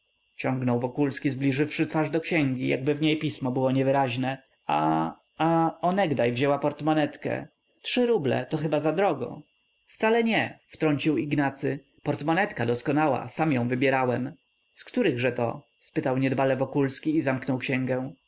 ciągnął wokulski zbliżywszy twarz do księgi jakby w niej pismo było niewyraźne a a onegdaj wzięła portmonetkę trzy ruble to chyba zadrogo wcale nie wtrącił ignacy portmonetka doskonała sam ją wybierałem z którychżeto spytał niedbale wokulski i zamknął księgę